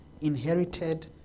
inherited